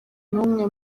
n’umwe